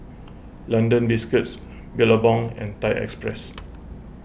London Biscuits Billabong and Thai Express